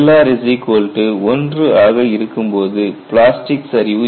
Lr1 ஆக இருக்கும்போது plastic சரிவு ஏற்படும்